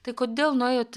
tai kodėl nuėjot